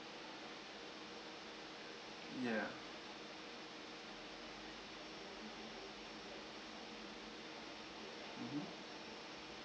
ya mmhmm